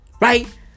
Right